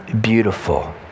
beautiful